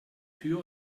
tür